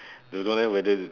don't know leh whether to